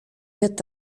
wird